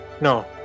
No